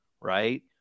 right